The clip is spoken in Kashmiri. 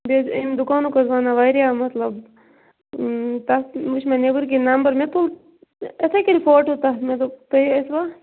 بیٚیہِ حظ اَمہِ دُکانُک حظ ونان واریاہ مطلب تَتھ وُچھ مےٚ نیٚبٕرۍ کِنۍ نمبر مےٚ تُل یِتھَے کٔنۍ فوٹو تَتھ مےٚ دوٚپ تُہۍ ٲسۍوا